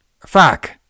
Fuck